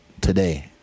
today